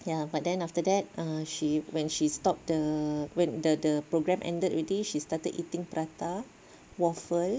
ya but then after that ah when she stop the the the program ended already she started eating prata waffle